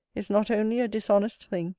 is not only a dishonest thing,